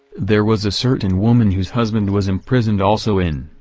there was a certain woman whose husband was imprisoned also in.